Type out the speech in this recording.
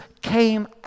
came